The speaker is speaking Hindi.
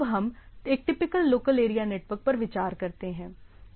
अब हम एक टिपिकल लोकल एरिया नेटवर्क पर विचार करते हैं